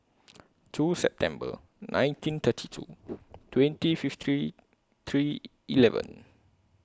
two September nineteen thirty two twenty fifty three three eleven